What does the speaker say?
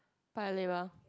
Paya-Lebar